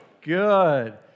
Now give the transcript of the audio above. Good